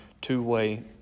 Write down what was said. two-way